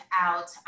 out